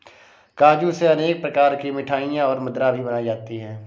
काजू से अनेक प्रकार की मिठाईयाँ और मदिरा भी बनाई जाती है